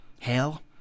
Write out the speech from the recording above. Hell